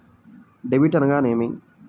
Debit అనగానేమి?